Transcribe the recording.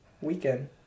weekend